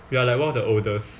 we are like one of the oldest